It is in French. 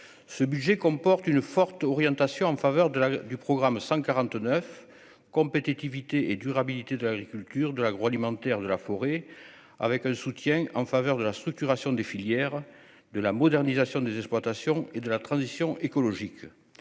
ce budget comporte une forte orientation en faveur de la du programme 149 Compétitivité et durabilité, de l'agriculture, de l'agroalimentaire, de la forêt, avec un soutien en faveur de la structuration des filières de la modernisation des exploitations et de la transition écologique,